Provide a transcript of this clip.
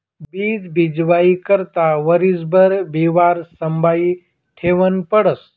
बीज बीजवाई करता वरीसभर बिवारं संभायी ठेवनं पडस